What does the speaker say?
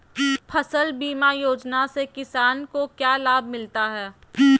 फसल बीमा योजना से किसान को क्या लाभ मिलता है?